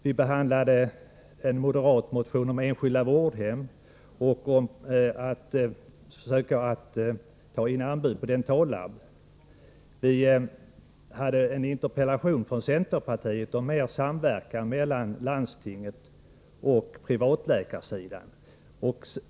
Vi behandlade en moderat motion om enskilda vårdhem och en om att man skall försöka ta in anbud på service från privata dentalförrådsfirmor. En interpellation från centerpartiet har framställts om bättre samverkan mellan landsting och privatläkarsidan.